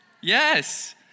Yes